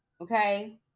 okay